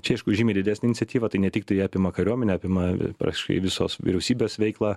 čia aišku žymiai didesnė iniciatyva tai ne tik tai apima kariuomenę apima praktiškai visos vyriausybės veiklą